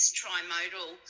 trimodal